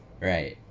right